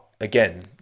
again